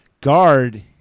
Guard